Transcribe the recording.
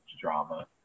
drama